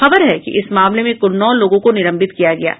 खबर है कि इस मामले में कुल नौ लोगों को निलंबित किया गया है